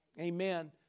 amen